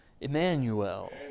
Emmanuel